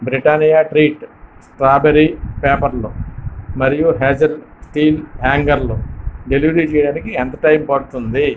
Britannia treat strawberry వ్యాఫర్లు మరియు hazel steel హ్యాంగర్లు డెలివర్ చేయడానికి ఎంత టైం పడుతుంది